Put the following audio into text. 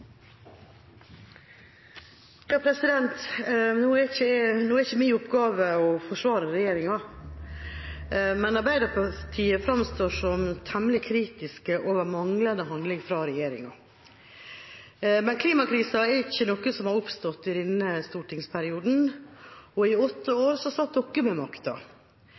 Nå er ikke min oppgave å forsvare regjeringa, men Arbeiderpartiet framstår som temmelig kritisk til manglende handling fra regjeringa. Men klimakrisa er ikke noe som har oppstått i denne stortingsperioden, og i åtte år satt dere med makta,